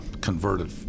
converted